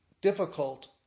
difficult